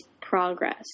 progress